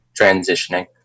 transitioning